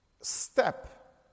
step